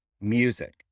music